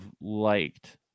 liked